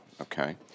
Okay